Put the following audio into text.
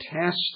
test